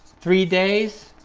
three days